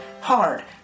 hard